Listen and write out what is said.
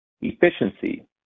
efficiency